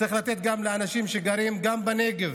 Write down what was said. צריך לתת גם לאנשים שגרים בנגב,